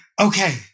okay